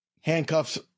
handcuffs